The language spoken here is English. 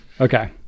Okay